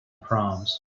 proms